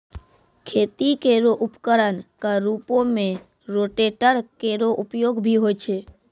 खेती केरो उपकरण क रूपों में रोटेटर केरो उपयोग भी होय छै